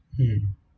mm